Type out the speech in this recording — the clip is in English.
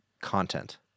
content